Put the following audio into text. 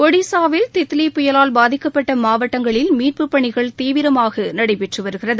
ஒடிசாவில் தித்லி புயலால் பாதிக்கப்பட்ட மாவட்டங்களில் மீட்புப் பணிகள் தீவிரமாக நடைபெற்று வருகிறது